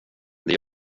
det